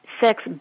sex